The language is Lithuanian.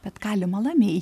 bet galima lamiai